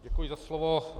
Děkuji za slovo.